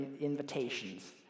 invitations